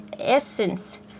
essence